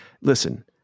listen